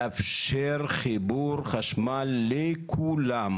לאפשר חיבור חשמל לכולם.